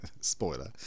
Spoiler